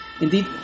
indeed